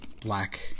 black